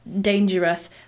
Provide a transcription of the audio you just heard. Dangerous